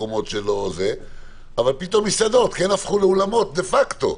במקומות שנים - פתאום מסעדות כן הפכו לאולמות דה פקטו.